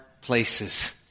places